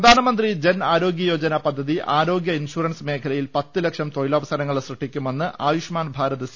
പ്രധാനമന്ത്രി ജൻആരോഗൃയോജന പദ്ധതി ആരോഗൃ ഇൻഷുറൻസ് മേഖ ലയിൽ പത്ത് ലക്ഷം തൊഴിലവസരങ്ങൾ സൃഷ്ടിക്കുമെന്ന് ആയുഷ്മാൻഭാര ത് സി